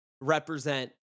represent